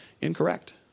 Incorrect